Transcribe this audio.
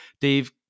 Dave